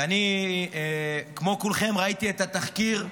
ואני, כמו כולכם, ראיתי את התחקיר,